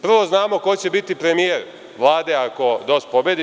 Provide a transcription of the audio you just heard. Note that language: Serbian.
Prvo, znamo ko će biti premijer Vlade ako DOS pobedi.